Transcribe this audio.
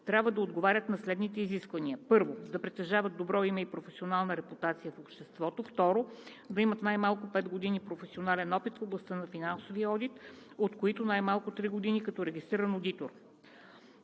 „трябва да отговарят на следните изисквания: 1. да притежават добро име и професионална репутация в обществото; 2. да имат най-малко 5 години професионален опит в областта на финансовия одит, от които най-малко три години като регистриран одитор.“